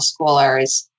schoolers